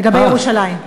לגבי ירושלים.